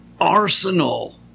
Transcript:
arsenal